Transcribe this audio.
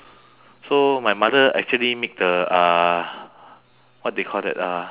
so my mother actually make the uh what they call that uh